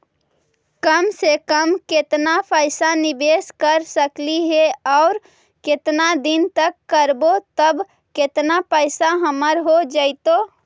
कम से कम केतना पैसा निबेस कर सकली हे और केतना दिन तक करबै तब केतना पैसा हमर हो जइतै?